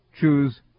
choose